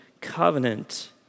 covenant